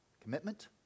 commitment